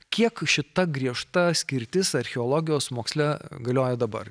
kiek šita griežta skirtis archeologijos moksle galioja dabar